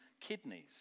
kidneys